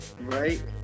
Right